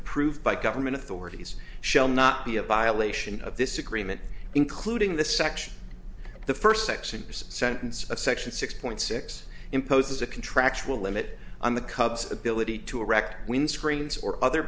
approved by government authorities shall not be a violation of this agreement including the section the first section sentence of section six point six imposes a contractual limit on the cubs ability to erect windscreens or other